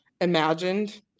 imagined